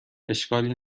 اشکالی